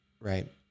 right